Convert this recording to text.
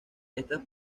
estas